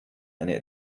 eine